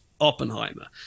Oppenheimer